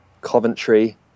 Coventry